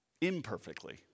imperfectly